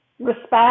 respect